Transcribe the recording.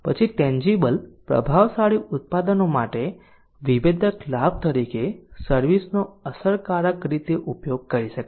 પછી ટેન્જીબલ પ્રભાવશાળી ઉત્પાદનો માટે વિભેદક લાભ તરીકે સર્વિસ નો અસરકારક રીતે ઉપયોગ કરી શકાય છે